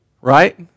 Right